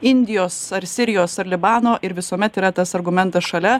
indijos ar sirijos ar libano ir visuomet yra tas argumentas šalia